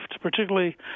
particularly